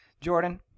Jordan